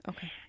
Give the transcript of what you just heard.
Okay